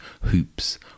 hoops